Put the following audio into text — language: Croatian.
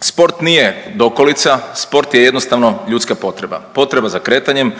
Sport nije dokolica, sport je jednostavno ljudska potreba, potreba za kretanjem